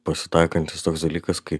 pasitaikantis toks dalykas kai